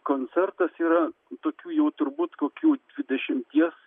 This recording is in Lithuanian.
koncertas yra tokių jau turbūt kokių dvidešimties